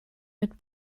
mit